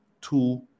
two